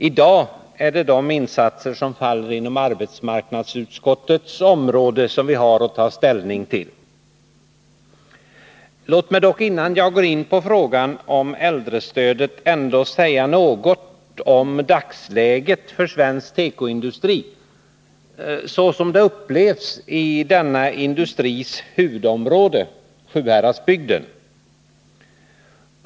I dag är det de insatser som faller inom arbetsmarknadsutskottets område som vi har att ta ställning till. Låt mig dock innan jag går in på frågan om äldrestödet ändå säga något om dagsläget för svensk tekoindustri, såsom det upplevs i denna industris huvudområde — Sjuhäradsbygden.